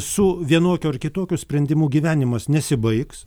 su vienokio ar kitokio sprendimu gyvenimas nesibaigs